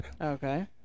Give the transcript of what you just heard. Okay